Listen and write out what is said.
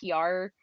PR